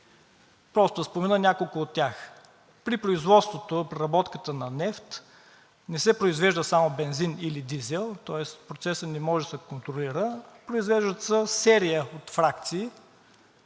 Ще спомена няколко от тях. При производството, при преработката на нефт не се произвежда само бензин или дизел, тоест процесът не може да се контролира, произвеждат се серия от фракции,